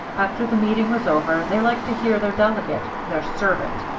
after the meeting was over they liked to hear their delegate, their servant,